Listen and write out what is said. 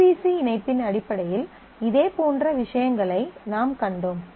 ODBC இணைப்பின் அடிப்படையில் இதே போன்ற விஷயங்களை நாம் கண்டோம்